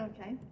Okay